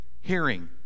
Hearing